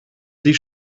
sie